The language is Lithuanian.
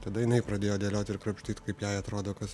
tada jinai pradėjo dėliot ir krapštyt kaip jai atrodo kas